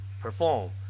perform